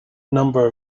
number